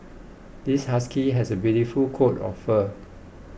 this husky has a beautiful coat of fur